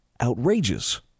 outrageous